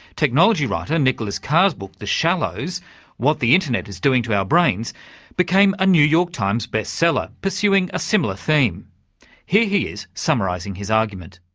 technology writer nicholas carr's book the shallows what the internet is doing to our brains became a new york times bestseller, pursuing a similar theme. here he is summarising his argument.